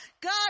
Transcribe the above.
God